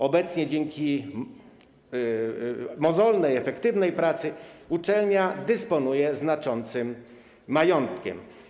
Obecnie, dzięki mozolnej, efektywnej pracy uczelnia dysponuje znaczącym majątkiem.